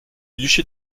duché